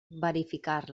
verificar